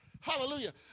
Hallelujah